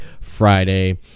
friday